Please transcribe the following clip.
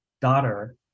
daughter